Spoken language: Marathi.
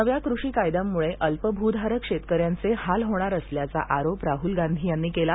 नव्या कृषी कायद्यांमुळे अल्पभूधारक शेतकऱ्यांचे हाल होणार असल्याचा आरोप राहूल गांधी यांनी केला